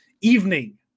evening